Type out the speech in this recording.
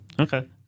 okay